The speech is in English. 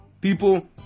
People